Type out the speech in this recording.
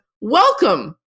welcome